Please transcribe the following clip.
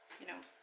you know